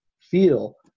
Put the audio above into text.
feel